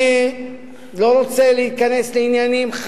אני לא רוצה להיכנס לעניינים,